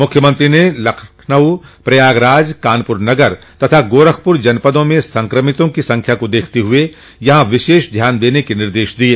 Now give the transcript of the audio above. मुख्यमंत्री ने लखनऊ प्रयागराज कानपुर नगर गोरखपुर जनपद में संक्रमितों की संख्या को देखते हुए यहां विशेष ध्यान देने के निर्देश दिये